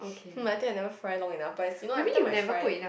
hmm I never fried long enough but you know every time I fry